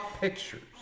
pictures